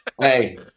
Hey